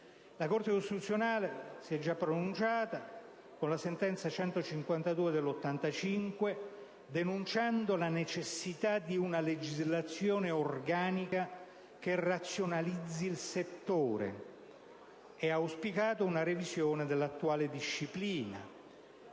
La Corte costituzionale si è già pronunciata, con la sentenza n. 152 del 1985, denunciando la necessità di una legislazione organica che razionalizzasse il settore, auspicando una revisione dell'attuale disciplina.